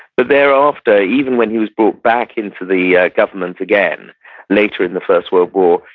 but thereafter, even when he was brought back into the government again later in the first world war,